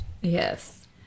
Yes